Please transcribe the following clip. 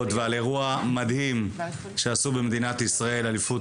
ועל אירוע מדהים של אליפות אירופה שעשו במדינת ישראל.